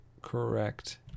correct